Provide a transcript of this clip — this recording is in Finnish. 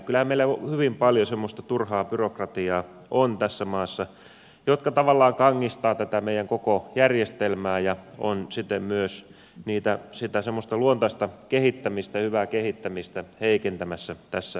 kyllähän meillä hyvin paljon semmoista turhaa byrokratiaa on tässä maassa joka tavallaan kangistaa tätä meidän koko järjestelmää ja on siten myös sitä semmoista luontaista kehittämistä hyvää kehittämistä heikentämässä tässä maassa